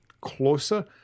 closer